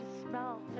smell